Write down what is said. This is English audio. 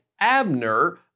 Abner